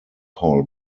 hall